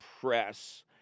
Press